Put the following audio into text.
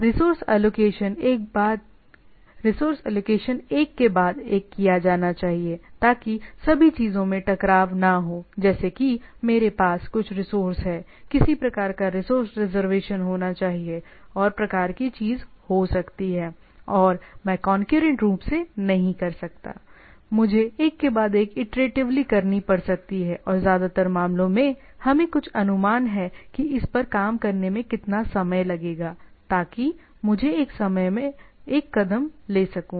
resource allocation एक के बाद एक किया जाना चाहिए ताकि सभी चीजों में टकराव ना हो जैसे कि मेरे पास कुछ रिसोर्स हैं किसी प्रकार का रिसोर्स रिजर्वेशन होना चाहिए और प्रकार की चीज हो सकती है और मैं कौनक्यूरेंट रूप से नहीं कर सकता मुझे एक के बाद एक करके इटरेटिवली करनी पड़ सकती है और ज्यादातर मामलों में हमें कुछ अनुमान है कि इस पर काम करने में कितना समय लगेगा ताकि मुझे एक समय में एक कदम ले सकूं